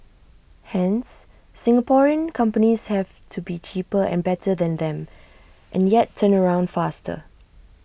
hence Singaporean companies have to be cheaper and better than them and yet turnaround faster